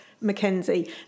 Mackenzie